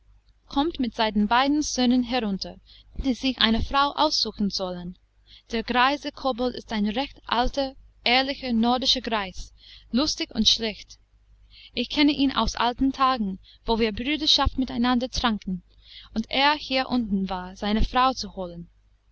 kommt mit seinen beiden söhnen herunter die sich eine frau aussuchen sollen der greise kobold ist ein recht alter ehrlicher nordischer greis lustig und schlicht ich kenne ihn aus alten tagen wo wir brüderschaft mit einander tranken und er hier unten war seine frau zu holen